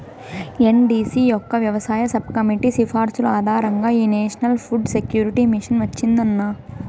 NDC యొక్క వ్యవసాయ sub committee సిఫార్సుల ఆధారంగా ఈ నేషనల్ ఫుడ్ సెక్యూరిటీ మిషన్ వచ్చిందన్న